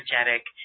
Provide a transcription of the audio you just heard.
energetic